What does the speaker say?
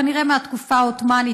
כנראה מהתקופה העות'מאנית,